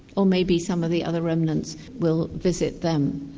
or maybe some of the other remnants will visit them.